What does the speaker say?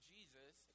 Jesus